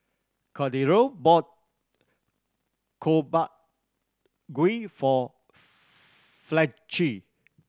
Cordero bought gui for Fletcher